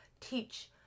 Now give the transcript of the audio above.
teach